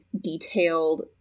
detailed